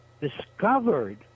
discovered